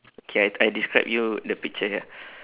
okay I I describe you the picture here